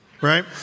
right